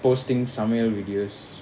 posting tamil videos